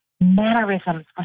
mannerisms